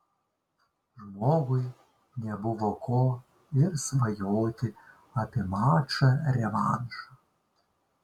žmogui nebuvo ko ir svajoti apie mačą revanšą